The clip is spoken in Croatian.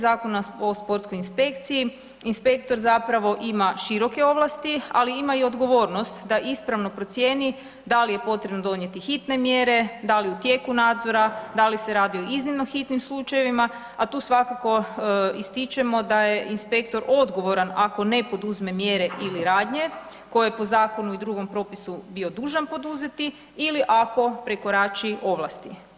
Zakona o sportskoj inspekciji, inspektor zapravo ima široke ovlasti, ali ima i odgovornost da ispravno procijeni da li je potrebno donijeti hitne mjere, da li u tijeku nadzora, da li se radi o iznimno hitnim slučajevima, a tu svakako ističemo da je inspektor odgovoran ako ne poduzme mjere ili radnje koje po zakonu i drugom propisu bio dužan poduzeti ili ako prekorači ovlasti.